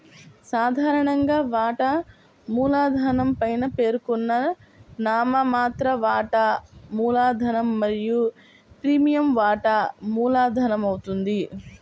సాధారణంగా, వాటా మూలధనం పైన పేర్కొన్న నామమాత్ర వాటా మూలధనం మరియు ప్రీమియం వాటా మూలధనమవుతుంది